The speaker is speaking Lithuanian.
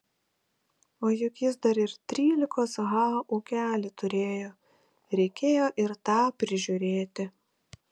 o juk jis dar ir trylikos ha ūkelį turėjo reikėjo ir tą prižiūrėti